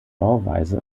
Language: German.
bauweise